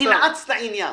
תנעץ את העניין.